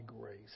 grace